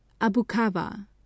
Abukawa